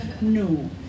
No